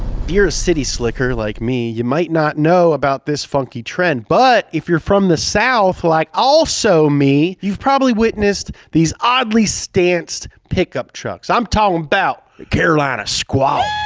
ah city slicker like me, you might not know about this funky trend, but if you're from the south, like also me, you've probably witnessed these oddly-stanced pickup trucks. i'm talking about the carolina squat.